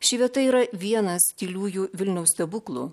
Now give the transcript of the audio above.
ši vieta yra vienas tyliųjų vilniaus stebuklų